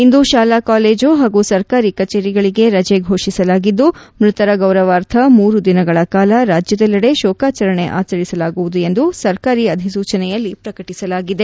ಇಂದು ಶಾಲಾ ಕಾಲೇಜು ಹಾಗೂ ಸರ್ಕಾರಿ ಕಚೇರಿಗಳಿಗೆ ರಜೆ ಘೋಷಿಸಲಾಗಿದ್ದು ಮೃತರ ಗೌರವಾರ್ಥವಾಗಿ ಮೂರು ದಿನಗಳ ಕಾಲ ರಾಜ್ಯದೆಲ್ಲದೆ ಶೋಕಾಚರಣೆ ಆಚರಿಸಲಾಗುವುದು ಎಂದು ಸರ್ಕಾರಿ ಅಧಿಸೂಚನೆಯಲ್ಲಿ ಪ್ರಕಟಿಸಲಾಗಿದೆ